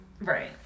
Right